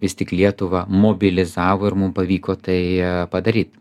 vis tik lietuvą mobilizavo ir mum pavyko tai padaryt